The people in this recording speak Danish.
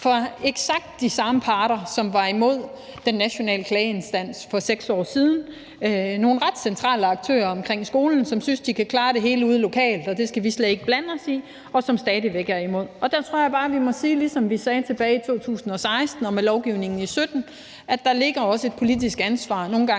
de eksakt samme parter, som var imod den nationale klageinstans for 6 år siden – nogle ret centrale aktører omkring skolen, som synes, at de kan klare det hele ude lokalt, og at det skal vi slet ikke blande os i, og som stadig væk er imod. Der tror jeg bare, vi må sige, ligesom vi sagde tilbage i 2016 og med lovgivning i 2017, at der nogle gange også ligger et politisk ansvar for at